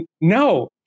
no